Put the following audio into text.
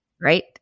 right